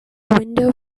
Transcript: window